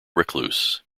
recluse